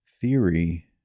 theory